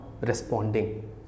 responding